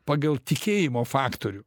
pagal tikėjimo faktorių